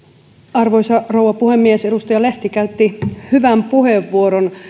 arvoisa rouva puhemies edustaja lehti käytti hyvän puheenvuoron